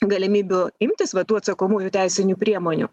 galimybių imtis va tų atsakomųjų teisinių priemonių